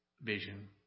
vision